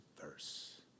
verse